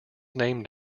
named